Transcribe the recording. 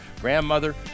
grandmother